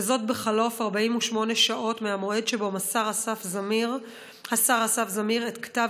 וזאת בחלוף 48 שעות מהמועד שבו מסר השר אסף זמיר את כתב